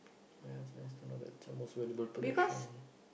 oh ya it's nice to know that it's your most valuable possession